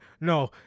No